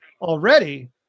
already